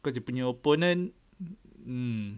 cause you punya opponent mm